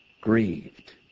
Grieved